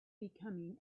becoming